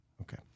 Okay